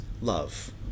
love